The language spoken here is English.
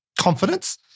confidence